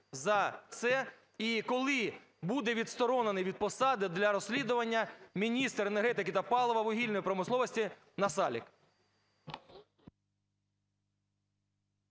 за це? І коли буде відсторонений від посади для розслідування міністр енергетики та палива, вугільної промисловості Насалик?